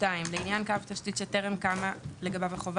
לעניין קו תשתית שטרם קמה לגביו החובה